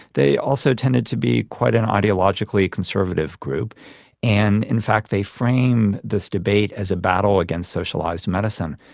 they also tended to be quite an ideologically conservative group and in fact they frame this debate as a battle against socialised medicine.